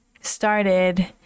started